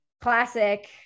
classic